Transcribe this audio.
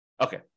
Okay